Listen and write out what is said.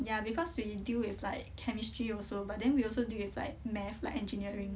yeah because we deal with like chemistry also but then we also deal with like math like engineering